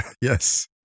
Yes